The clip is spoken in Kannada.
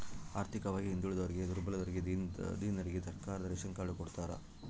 ಆರ್ಥಿಕವಾಗಿ ಹಿಂದುಳಿದೋರಿಗೆ ದುರ್ಬಲರಿಗೆ ದೀನರಿಗೆ ಸರ್ಕಾರದೋರು ರೇಶನ್ ಕಾರ್ಡ್ ಕೊಡ್ತಾರ